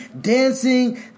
dancing